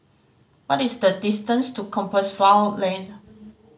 what is the distance to Compassvale Lane